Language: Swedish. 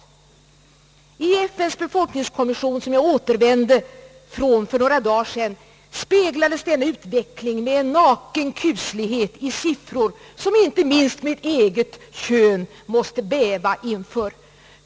I FN:s befolkningskommission, som jag återvände från för några dagar sedan, speglades denna utveckling med en naken kuslighet i siffror som inte minst mitt eget kön måste bäva inför.